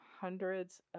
hundreds